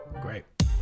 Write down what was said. great